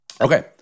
Okay